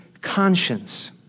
conscience